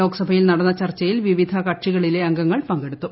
ലോക് സഭയിൽ നടന്ന ചർച്ചയിൽ വിവിധ കക്ഷികളിലെ അംഗങ്ങൾ പങ്കെടുത്തു